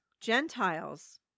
Gentiles